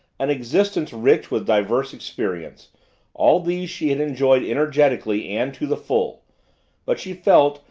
an existence rich with diverse experience all these she had enjoyed energetically and to the full but she felt,